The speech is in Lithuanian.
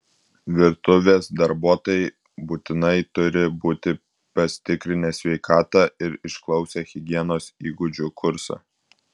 virtuvės darbuotojai būtinai turi būti pasitikrinę sveikatą ir išklausę higienos įgūdžių kursą